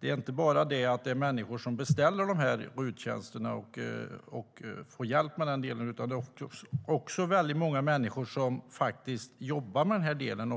Det är inte bara människor som beställer de här RUT-tjänsterna och får hjälp med den delen. Det är också väldigt många människor som jobbar med den delen.